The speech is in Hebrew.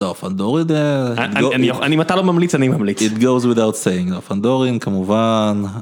אני אם אתה לא ממליץ אני ממליץ, it goes without saying, לא פנדורין כמובן